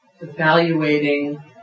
evaluating